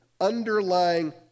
underlying